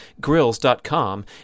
grills.com